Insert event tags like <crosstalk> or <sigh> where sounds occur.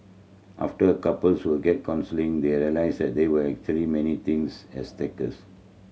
after couples will get counselling they realise that there were actually many things <unintelligible>